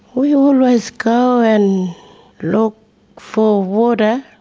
we always go and look for water,